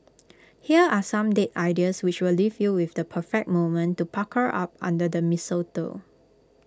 here are some date ideas which will leave you with the perfect moment to pucker up under the mistletoe